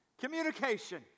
communication